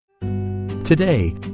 Today